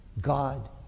God